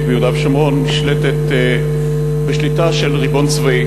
ביהודה ושומרון נשלטת בשליטה של ריבון צבאי,